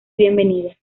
bienvenida